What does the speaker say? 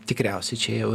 tikriausiai čia jau